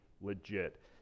legit